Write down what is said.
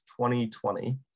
2020